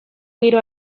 giro